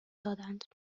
دادند